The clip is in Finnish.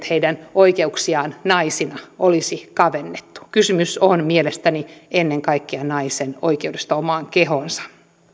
heidän oikeuksiaan naisina olisi kavennettu kysymys on mielestäni ennen kaikkea naisen oikeudesta omaan kehoonsa